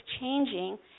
changing